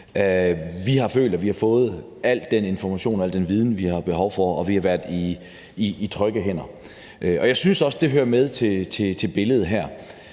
Vi har følt, at vi fik al den information og al den viden, vi havde behov for, og vi har været i trygge hænder. Jeg synes også, at det hører med til billedet her.